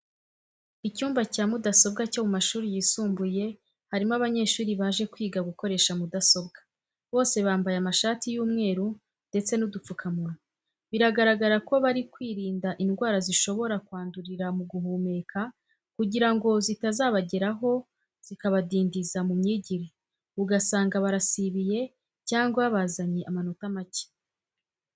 Icyumba cya mudasobwa cyo mu mashuri yisumbuye harimo abanyeshuri baje kwiga gukoresha mudasobwa. Bose bambaye amashati y'umweru ndetse n'udupfukamunwa. Biragaragara ko bari kwirinda indwara zishobora kwandurira mu guhumeka kugira ngo zitazabageraho zikabadindiza mu myigire, ugasanga barasibiye cyangwa bazanye amanota make.